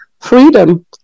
freedom